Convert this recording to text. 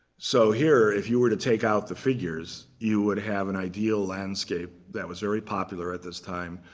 so here, if you were to take out the figures, you would have an ideal landscape that was very popular at this time,